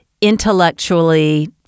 intellectually